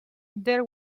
there